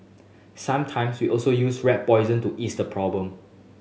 sometimes we also use rat poison to ease the problem